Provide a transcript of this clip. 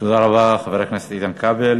תודה רבה, חבר הכנסת איתן כבל.